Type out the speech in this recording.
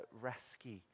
rescue